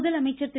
முதலமைச்சர் திரு